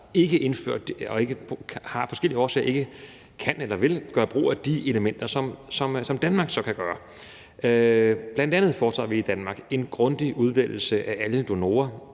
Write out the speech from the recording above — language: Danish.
af forskellige årsager gøre brug af de elementer, som Danmark så kan gøre brug af. Bl.a. foretager vi i Danmark en grundig udvælgelse af alle donorer